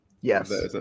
Yes